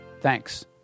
Thanks